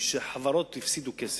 כשחברות הפסידו כסף,